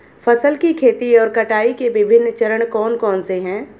फसल की खेती और कटाई के विभिन्न चरण कौन कौनसे हैं?